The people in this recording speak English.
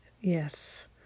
Yes